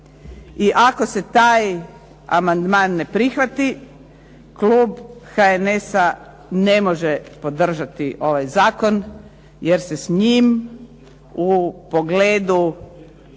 I ako se taj amandman ne prihvati, klub HNS-a ne može podržati ovaj zakon jer se s njim u pogledu